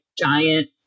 giant